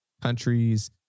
countries